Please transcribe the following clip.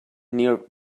near